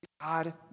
God